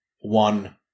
one